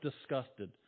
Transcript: disgusted